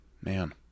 man